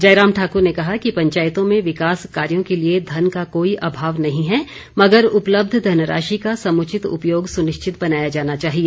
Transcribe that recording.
जयराम ठाकुर ने कहा कि पंचायतों में विकास कार्यों के लिए धन का कोई अभाव नहीं है मगर उपलब्ध धनराशि का समुचित उपयोग सुनिश्चित बनाया जाना चाहिए